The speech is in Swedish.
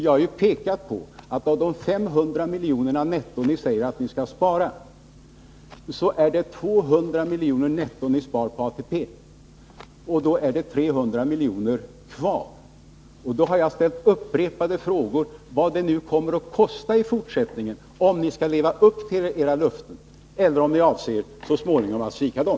Jag har pekat på att av de 500 miljoner netto som ni säger att ni skall spara är det 200 miljoner netto som ni sparar på ATP. Då är det 300 miljoner kvar, och jag har ställt upprepade frågor vad det kommer att kosta i fortsättningen, om ni skall leva upp till era löften — eller om ni avser att även svika dem.